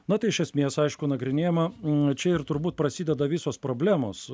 na tai iš esmės aišku nagrinėjama čia ir turbūt prasideda visos problemos